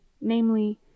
NAMELY